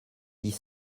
dix